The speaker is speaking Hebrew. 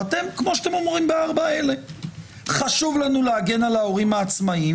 ואתם כמו שאתם אומרים בארבע האלה - חשוב לנו להגן על ההורים העצמאיים,